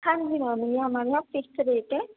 ہاں جی میم یہ ہمارے یہاں فکس ریٹ ہے